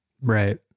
right